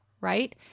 right